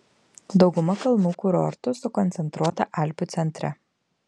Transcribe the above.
dauguma kalnų kurortų sukoncentruota alpių centre